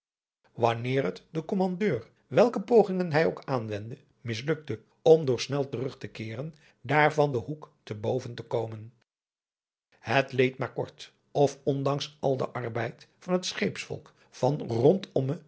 wanneer het den kommandeur welke pogingen hij ook aanwendde mislukte om door snel terug te keeren daarvan den hoek te boven te komen het leed maar kort of ondanks al den arbeid van het scheepsvolk van rondomme